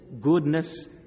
goodness